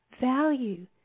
Value